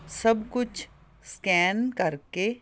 ਸਭ ਕੁਛ ਸਕੈਨ ਕਰਕੇ